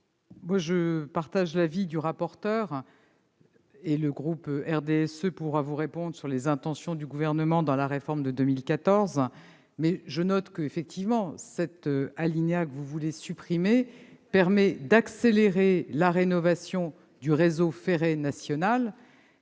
Je partage l'avis de la commission. Le groupe du RDSE pourra vous réponde sur les intentions du Gouvernement dans la réforme de 2014. Effectivement, cet alinéa que vous voulez supprimer permet d'accélérer la rénovation du réseau ferré national.